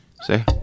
Say